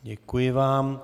Děkuji vám.